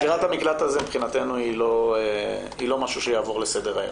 סגירת המקלט הזה מבחינתנו היא לא משהו שיעבור לסדר היום.